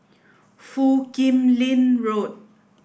Foo Kim Lin Road